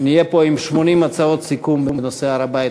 ונהיה פה עם 80 הצעות סיכום בנושא הר-הבית.